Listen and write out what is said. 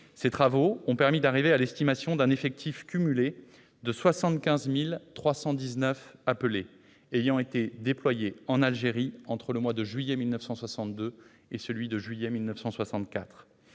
Ces travaux ont permis d'aboutir à l'estimation d'un effectif cumulé de 75 319 appelés ayant été déployés en Algérie entre le mois de juillet 1962 et celui de juillet 1964.